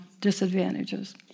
disadvantages